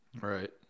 Right